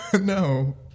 no